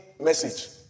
message